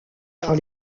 par